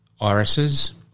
irises